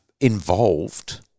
involved